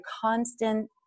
constant